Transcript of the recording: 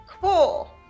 Cool